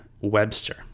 Webster